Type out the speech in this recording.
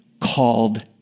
called